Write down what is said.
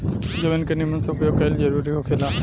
जमीन के निमन से उपयोग कईल जरूरी होखेला